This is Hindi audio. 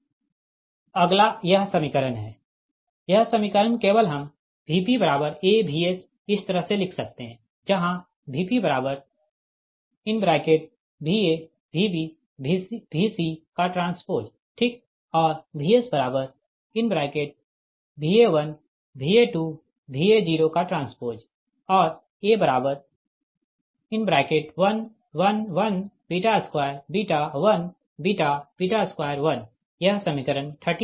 अगला यह समीकरण है यह समीकरण केवल हम VpAVs इस तरह से लिख सकते है जहाँ VpVa Vb VcT ठीक और VsVa1 Va2 Va0 T और A1 1 1 2 1 2 1 यह समीकरण 13 है